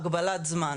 הגבלת זמן.